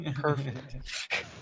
Perfect